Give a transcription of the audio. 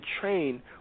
train